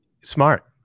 smart